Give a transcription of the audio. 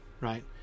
right